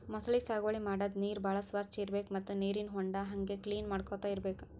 ಮೊಸಳಿ ಸಾಗುವಳಿ ಮಾಡದ್ದ್ ನೀರ್ ಭಾಳ್ ಸ್ವಚ್ಚ್ ಇರ್ಬೆಕ್ ಮತ್ತ್ ನೀರಿನ್ ಹೊಂಡಾ ಹಂಗೆ ಕ್ಲೀನ್ ಮಾಡ್ಕೊತ್ ಇರ್ಬೆಕ್